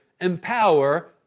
empower